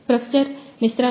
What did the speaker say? professor Mishra